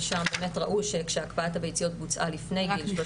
ושם באמת ראו שכשהקפאת הביציות בוצעה לפני --- אם